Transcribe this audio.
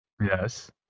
Yes